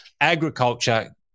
agriculture